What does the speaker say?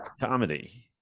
comedy